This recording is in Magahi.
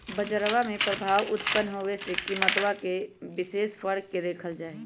बजरवा में प्रभाव उत्पन्न होवे से कीमतवा में विशेष फर्क के देखल जाहई